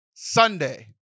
sunday